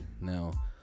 Now